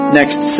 next